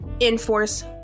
enforce